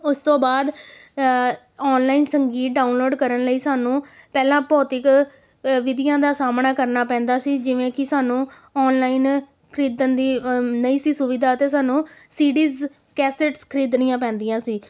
ਉਸ ਤੋਂ ਬਾਅਦ ਔਨਲਾਈਨ ਸੰਗੀਤ ਡਾਊਨਲੋਡ ਕਰਨ ਲਈ ਸਾਨੂੰ ਪਹਿਲਾਂ ਭੌਤਿਕ ਵਿਧੀਆਂ ਦਾ ਸਾਹਮਣਾ ਕਰਨਾ ਪੈਂਦਾ ਸੀ ਜਿਵੇਂ ਕਿ ਸਾਨੂੰ ਔਨਲਾਈਨ ਖਰੀਦਣ ਦੀ ਨਹੀਂ ਸੀ ਸੁਵਿਧਾ ਅਤੇ ਸਾਨੂੰ ਸੀਡੀਜ ਕੈਸਟਸ ਖਰੀਦਣੀਆਂ ਪੈਂਦੀਆਂ ਸੀ